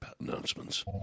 announcements